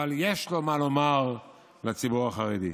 אבל יש לו מה לומר לציבור החרדי,